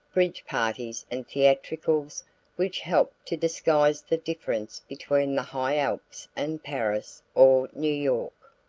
bridge-parties and theatricals which helped to disguise the difference between the high alps and paris or new york.